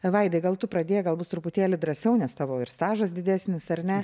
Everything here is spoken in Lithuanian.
vaidai gal tu pradėk gal bus truputėlį drąsiau nes tavo ir stažas didesnis ar ne